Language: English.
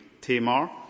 Tamar